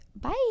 Bye